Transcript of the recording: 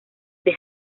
the